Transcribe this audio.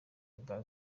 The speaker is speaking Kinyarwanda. bwa